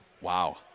Wow